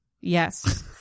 yes